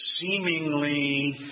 seemingly